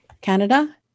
Canada